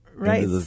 Right